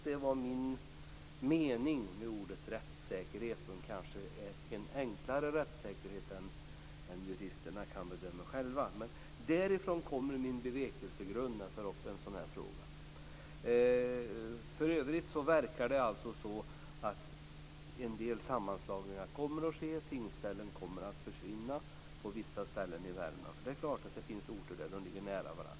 Det var min mening med ordet rättssäkerhet. Det kanske är en enklare rättssäkerhet än den juristerna själva kan bedöma, men det är min bevekelsegrund när jag tar upp en sådan här fråga. För övrigt verkar det alltså som om en del sammanslagningar kommer att ske. Tingsställen kommer att försvinna på vissa ställen i Värmland, för det är klart att det finns orter där de ligger nära varandra.